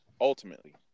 ultimately